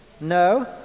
No